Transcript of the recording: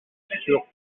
sur